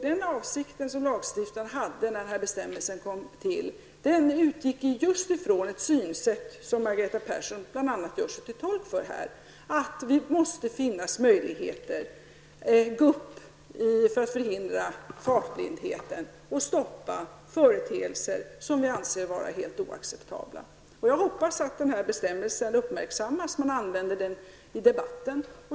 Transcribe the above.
Den avsikt som lagstiftaren hade när bestämmelsen kom till utgick just från det synsätt som bl.a. Margareta Persson gör sig till tolk för, dvs. det måste finnas möjligheter, gupp, för att förhindra fartblindheten och stoppa företeelser som vi anser vara helt oacceptabla. Jag hoppas att bestämmelsen uppmärksammas och används i debatten.